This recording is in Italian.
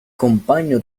compagno